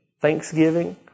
thanksgiving